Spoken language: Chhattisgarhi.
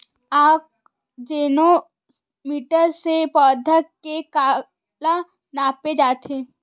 आकजेनो मीटर से पौधा के काला नापे जाथे?